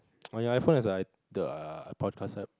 oh ya iPhone has the err podcast app